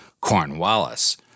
Cornwallis